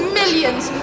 millions